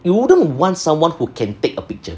you wouldn't want someone who can take a picture